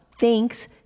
Thanks